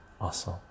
awesome